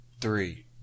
three